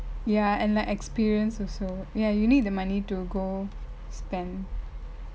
ya and like experience also ya you need the money to go spend